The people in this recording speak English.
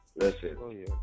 Listen